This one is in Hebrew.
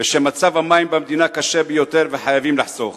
ושמצב המים במדינה קשה ביותר וחייבים לחסוך.